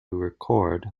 record